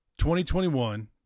2021